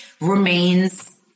remains